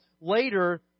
later